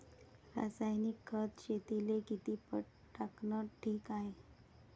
रासायनिक खत शेतीले किती पट टाकनं ठीक हाये?